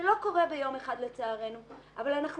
לצערנו זה לא קורה ביום אחד אבל אנחנו